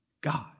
God